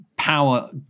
power